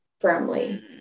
firmly